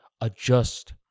adjust